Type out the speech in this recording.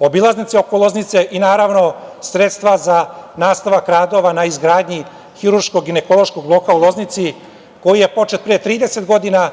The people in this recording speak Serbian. obilaznice oko Loznice i naravno sredstva za nastavak radova na izgradnji hirurško-ginekološkog bloka u Loznici koji je počet pre 30 godina